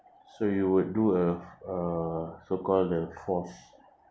so you would do a uh f~ uh so-called the forced